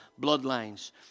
bloodlines